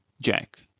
Jack